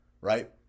right